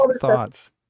thoughts